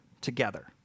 together